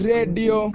Radio